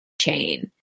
Chain